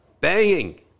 banging